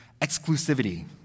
exclusivity